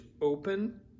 open